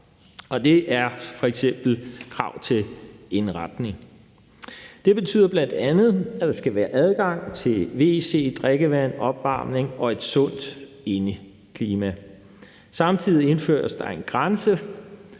Det er f.eks. krav til indretning. Det betyder bl.a., at der skal være adgang til wc, drikkevand, opvarmning og et sundt indeklima. Samtidig indføres der en grænse,